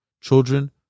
Children